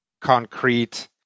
concrete